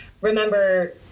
remember